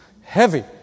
Heavy